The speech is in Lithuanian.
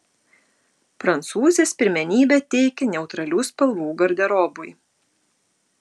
prancūzės pirmenybę teikia neutralių spalvų garderobui